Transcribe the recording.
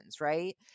right